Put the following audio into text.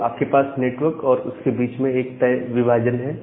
तो आपके पास नेटवर्क और उसके बीच में एक तय विभाजन है